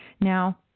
Now